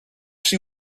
she